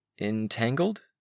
entangled